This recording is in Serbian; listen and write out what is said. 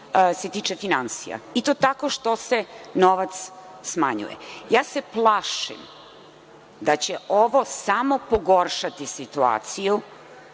se tiče finansija i to tako što se novac smanjuje. Ja se plašim da će ovo samo pogoršati situaciju